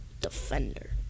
Defender